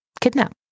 kidnap